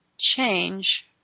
change